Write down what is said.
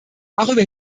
darüber